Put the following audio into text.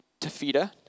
Tafita